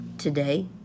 today